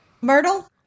Myrtle